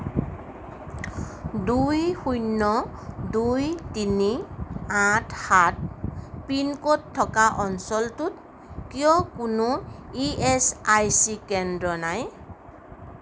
দুই শূন্য দুই তিনি আঠ সাত পিন ক'ড থকা অঞ্চলটোত কিয় কোনো ইএচআইচি কেন্দ্র নাই